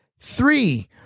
Three